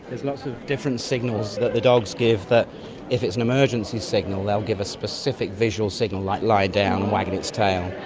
there's lots of different signals that the dogs give that if it's an emergency signal they'll give a specific visual signal like lying down and wagging its tail,